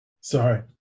Sorry